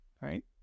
Right